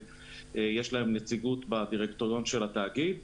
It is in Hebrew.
לכל אחת יש נציגות בדירקטוריון של התאגיד.